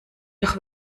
doch